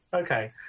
Okay